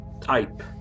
type